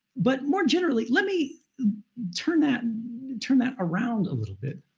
but more generally, let me turn that and turn that around a little bit.